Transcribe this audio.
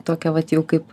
tokią vat jau kaip